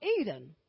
Eden